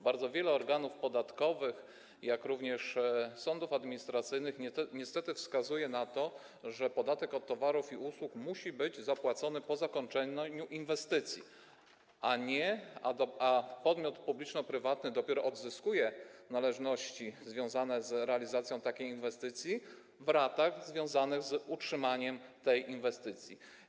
Bardzo wiele organów podatkowych, jak również sądów administracyjnych niestety wskazuje na to, że podatek od towarów i usług musi być zapłacony po zakończeniu inwestycji, a podmiot publiczno-prywatny odzyskuje należności związane z realizacją takiej inwestycji dopiero w ratach związanych z utrzymaniem tej inwestycji.